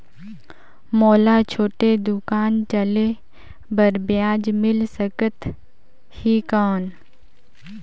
मोला छोटे दुकान चले बर ब्याज मिल सकत ही कौन?